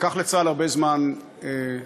לקח לצה"ל הרבה זמן לקיים,